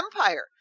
empire